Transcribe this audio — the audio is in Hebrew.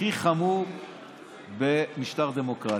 הכי חמור במשטר דמוקרטי.